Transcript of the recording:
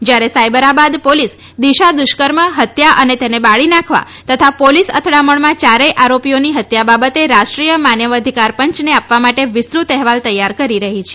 જયારે સાયબરાબાદ પોલીસ દિશા દુષ્કર્મ હત્યા અને તેને બાળી નાખવા તથા પોલીસ અથડામણમાં ચારેય આરોપીઓની હત્યા બાબતે રાષ્ટ્રીય માનવઅધિકાર પંચને આપવા માટે વિસ્તૃત અહેવાલ તૈયાર કરી રહી છે